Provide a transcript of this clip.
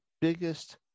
biggest